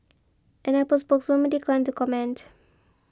an Apple spokeswoman declined to comment